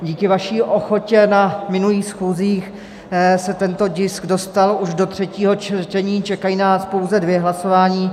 Díky vaší ochotě na minulých schůzích se tento tisk dostal už do třetího čtení, čekají nás pouze dvě hlasování.